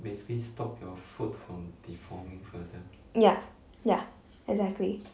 ya ya exactly